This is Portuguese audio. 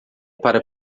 para